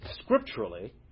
scripturally